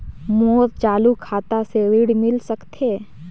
मोर चालू खाता से ऋण मिल सकथे?